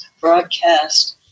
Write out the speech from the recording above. broadcast